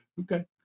Okay